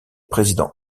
président